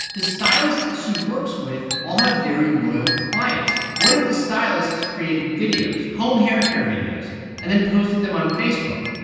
the stylists that she works with all have very loyal clients. what if the stylists created videos home hair care videos and then posted them on facebook?